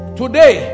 today